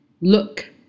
look